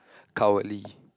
cowardly